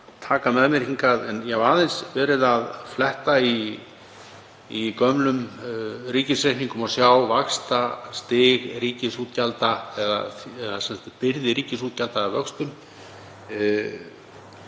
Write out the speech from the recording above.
gögn með mér hingað, en ég hef aðeins verið að fletta í gömlum ríkisreikningum og skoða vaxtastig eða byrði ríkisútgjalda af vöxtum